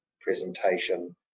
presentation